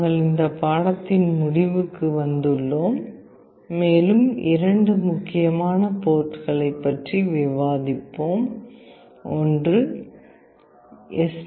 நாங்கள் இந்த பாடத்தின் முடிவுக்கு வந்துள்ளோம் மேலும் இரண்டு முக்கியமான போர்ட்களைப் பற்றி விவாதித்தோம் ஒன்று எஸ்